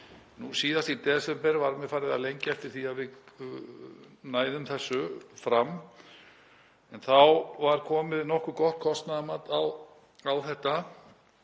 Nú síðast í desember var mig farið að lengja eftir því að við næðum þessu fram. En þá var komið nokkuð gott kostnaðarmat á þetta